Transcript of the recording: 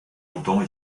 longtemps